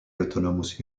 autonomous